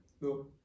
No